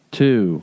two